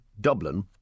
Dublin